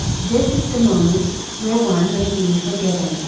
this is the moment, where one may be forgiven,